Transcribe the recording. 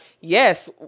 yes